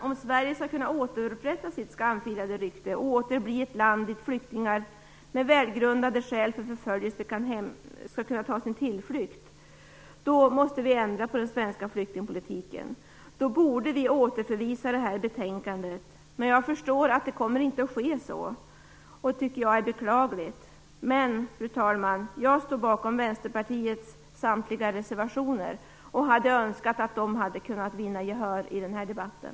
Om Sverige skall kunna återupprätta sitt rykte och åter bli ett land dit flyktingar med välgrundade skäl, som förföljelse, skall kunna ta sin tillflykt - så måste vi ändra den svenska flyktingpolitiken. Då borde vi återförvisa detta betänkande. Jag förstår att det inte kommer att ske, vilket är beklagligt. Jag står bakom Vänsterpartiets samtliga reservationer och önskar att de hade kunnat vinna gehör i den här debatten.